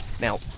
Now